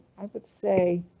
i would say.